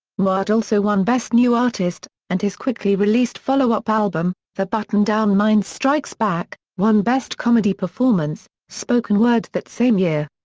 also won best new artist, and his quickly released follow-up album, the button-down mind strikes back, won best comedy performance spoken word that same year.